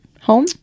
home